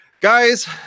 Guys